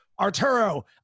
Arturo